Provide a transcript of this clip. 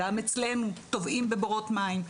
גם אצלנו טובעים בבורות מים.